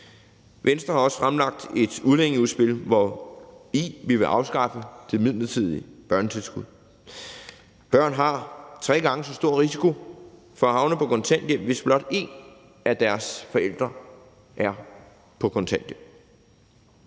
Venstre har også fremlagt et udlændingeudspil, hvori vi vil afskaffe det midlertidige børnetilskud. Børn har tre gange så stor risiko for at havne på kontanthjælp, hvis blot én af deres forældre er på kontanthjælp.